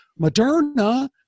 Moderna